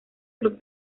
club